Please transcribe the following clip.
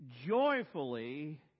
joyfully